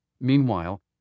Meanwhile